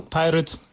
pirates